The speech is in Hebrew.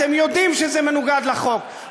אתם יודעים שזה מנוגד לחוק,